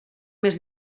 més